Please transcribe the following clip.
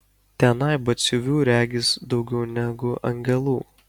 tenai batsiuvių regis daugiau negu angelų